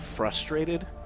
frustrated